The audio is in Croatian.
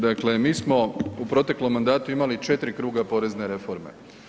Dakle mi smo u proteklom mandatu imali 4 kruga porezne reforme.